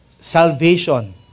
salvation